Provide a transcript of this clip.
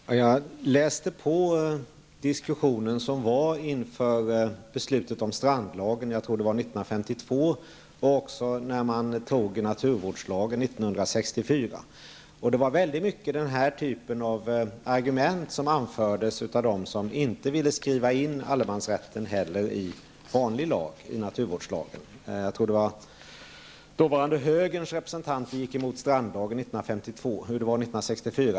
Fru talman! Jag har läst på diskussionen som föregick beslutet om strandlagen. Jag tror att det var 1952. Det gäller också beslutet om naturvårdslagen 1964. Det var denna typ av argument som anfördes av dem som inte ville skriva in allemansrätten i vanlig lag, t.ex. naturvårdslagen. Det var dåvarande högerns representant som gick emot strandlagen 1952.